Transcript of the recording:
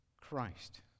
Christ